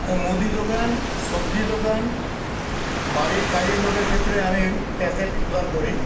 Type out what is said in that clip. মুদি দোকান সবজি দোকান বাড়ির কাজের লোকের ক্ষেত্রে আমি ক্যাশে প্রদান করি